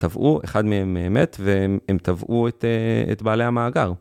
טבעו, אחד מהם מת והם תבעו את בעלי המאגר.